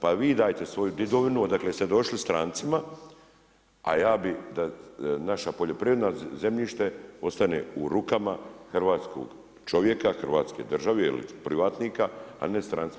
Pa vi dajte svoju djedovinu odakle ste došli strancima, a ja bih da naše poljoprivredno zemljište ostane u rukama hrvatskog čovjeka, Hrvatske države ili privatnika, a ne strancima.